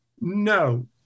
No